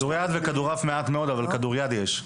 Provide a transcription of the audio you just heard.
בכדוריד וכדורעף מעט מאוד, אבל בכדוריד יש.